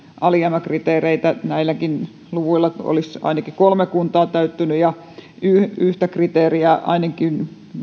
alijäämäkriteereitä näilläkin luvuilla olisi ainakin kolme kuntaa täyttänyt kriteerit yhtä kriteeriä ainakin